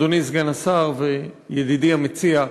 אדוני סגן השר וידידי המציע,